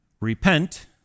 repent